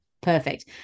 perfect